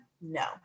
No